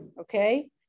Okay